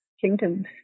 kingdoms